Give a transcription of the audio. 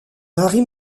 marie